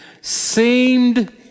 seemed